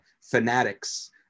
Fanatics